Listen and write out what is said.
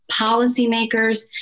policymakers